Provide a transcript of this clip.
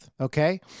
okay